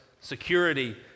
security